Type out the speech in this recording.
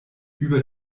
über